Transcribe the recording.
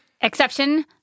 Exception